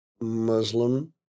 Muslim